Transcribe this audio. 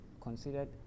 considered